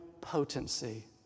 potency